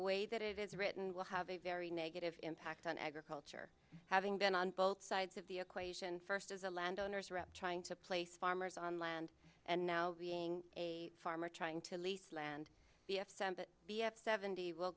way that it is written will have a very negative impact on agriculture having been on both sides of the equation first as a landowner trying to place farmers on land and now being a farmer trying to lease land the b f seventy will